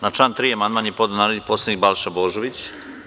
Na član 3. amandman je podneo narodni poslanik Balša Božović.